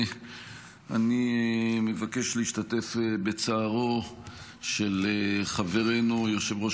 אני מבקש להשתתף בצערו של חברנו יושב-ראש